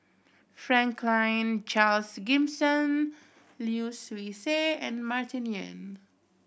Franklin Charles Gimson Lim Swee Say and Martin Yan